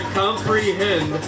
comprehend